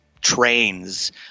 trains